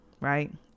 right